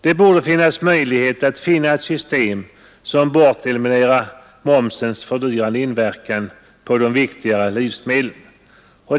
Det borde vara möjligt att finna ett system som eliminerar momsens fördyrande inverkan på de viktigare livsmedlen.